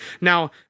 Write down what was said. Now